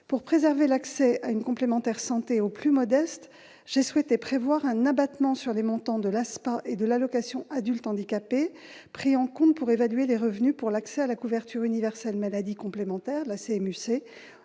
pour préserver l'accès à une complémentaire santé aux plus modestes, j'ai souhaité prévoir un abattement sur les montants de l'Aspa et de l'allocation adulte handicapé, pris en compte pour évaluer les revenus pour l'accès à la couverture universelle maladie complémentaire de la CMU-C